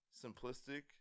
simplistic